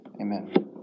Amen